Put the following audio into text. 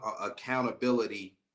accountability